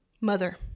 mother